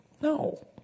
No